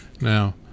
Now